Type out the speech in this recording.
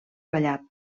ratllat